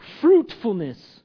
fruitfulness